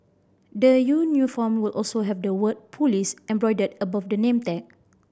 the new uniform will also have the word police embroidered above the name tag